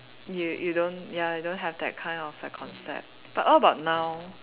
you you don't ya don't have that kind of the concept but what about now